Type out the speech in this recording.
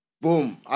boom